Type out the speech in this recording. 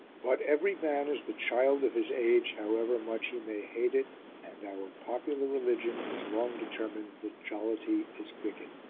but every man is the child of his age, however much he may hate it and our popular religion has long determined that jollity is wicked.